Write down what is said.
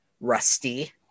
Rusty